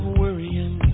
worrying